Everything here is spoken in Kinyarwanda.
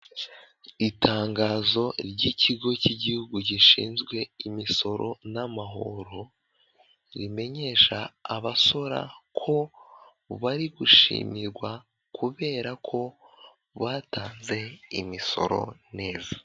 Itangazo ry'ikigo cy'igihugu gishinzwe imisoro n'amahoro, rimenyesha abasora ko bari gushimirwa kubera ko batanze imisoro neza.